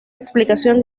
explicación